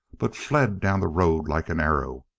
but fled down the road like an arrow,